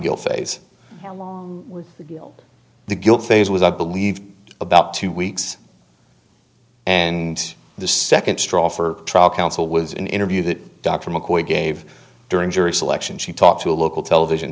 phase the guilt phase was i believe about two weeks and the second straw for trial counsel was an interview that dr mccoy gave during jury selection she talked to a local television